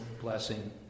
blessing